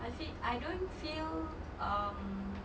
I feel I don't feel um